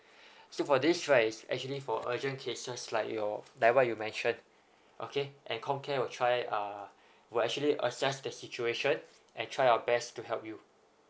so for this right is actually for urgent cases like your like what you're mentioned okay and com care will try uh will actually assess the situation and try our best to help you